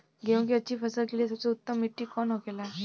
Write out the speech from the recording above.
गेहूँ की अच्छी फसल के लिए सबसे उत्तम मिट्टी कौन होखे ला?